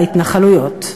בהתנחלויות.